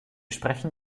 sprechen